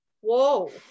whoa